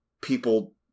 People